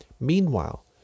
meanwhile